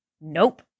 Nope